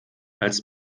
als